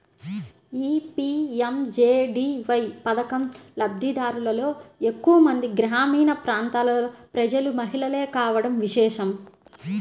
ఈ పీ.ఎం.జే.డీ.వై పథకం లబ్ది దారులలో ఎక్కువ మంది గ్రామీణ ప్రాంతాల ప్రజలు, మహిళలే కావడం విశేషం